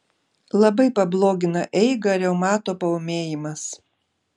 labai pablogina eigą reumato paūmėjimas